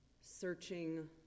searching